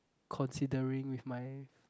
considering with my